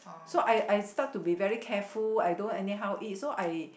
so I I start to be very careful I don't anyhow eat so I